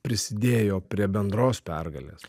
prisidėjo prie bendros pergalės